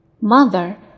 Mother